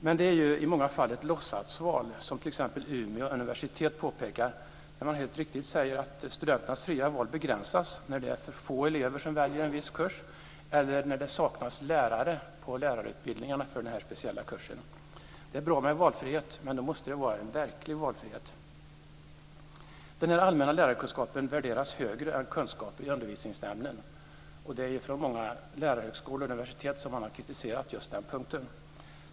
Men det är i många fall ett låtsasval, som t.ex. Umeå universitet påpekar när man helt riktigt framhåller att studenternas fria val begränsas när för få elever väljer en viss kurs eller när det saknas lärare på lärarutbildningarna för den speciella kursen. Det är bra med valfrihet, men då måste det vara en verklig valfrihet. Den här allmänna lärarkunskapen värderas högre än kunskaper i undervisningsämnen. Från många lärarhögskolor och universitet har man kritiserat just denna punkt.